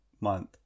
month